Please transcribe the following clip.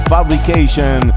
Fabrication